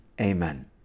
Amen